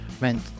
meant